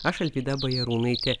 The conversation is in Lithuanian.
aš alvyda bajarūnaitė